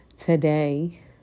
today